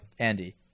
Andy